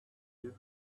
you